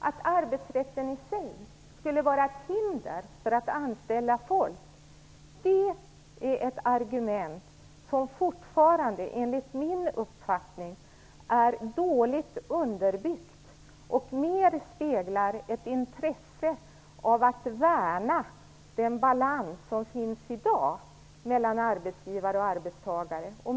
Att arbetsrätten i sig skulle vara ett hinder för att anställa folk är ett argument som enligt min uppfattning fortfarande är dåligt underbyggt och mer speglar ett intresse av att värna om den balans som finns i dag mellan arbetsgivare och arbetstagare.